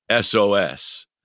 SOS